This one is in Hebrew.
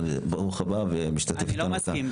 אני לא מסכים.